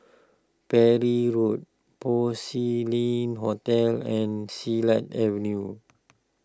Parry Road Porcelain Hotel and Silat Avenue